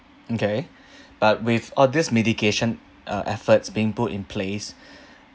okay but with all this mitigation uh efforts being put in place